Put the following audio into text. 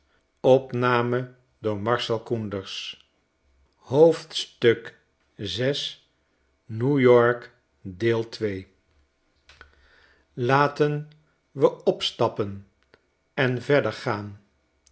laten we opstappen en verder gaan